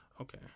Okay